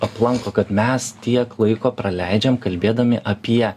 aplanko kad mes tiek laiko praleidžiam kalbėdami apie